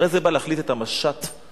הרי זה בא להחליף את המשט לעזה.